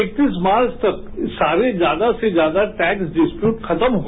अ मार्च तक सारे ज्यादा से ज्यादा टैक्स डिस्पूट खत्म हो